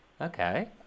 okay